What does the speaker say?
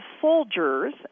soldiers